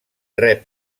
rep